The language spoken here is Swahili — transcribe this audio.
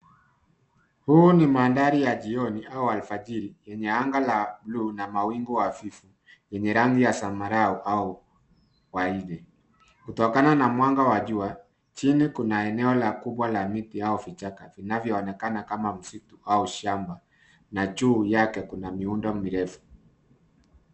Huu ni mandhari ya jioni au alfajiri yenye anga la bluu na mawingu hafifu yenye rangi ya zambarau au waridi. Kutokana na mwanga wa jua chini kuna eneo kubwa la miti au vichaka vinavyoonekana kama msitu au shamba na juu yake kuna miundo mirefu.